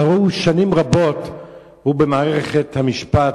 הלוא הוא שנים רבות במערכת המשפט,